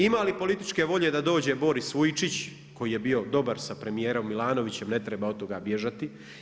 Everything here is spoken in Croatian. Ima li političke volje da dođe Boris Vujčić koji je bio dobar sa premijerom Milanovićom, ne treba od toga bježati.